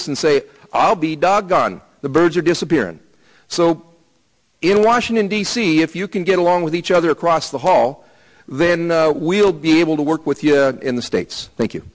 us and say i'll be doggone the birds are disappearing so in washington d c if you can get along with each other across the hall then we'll be able to work with you in the states th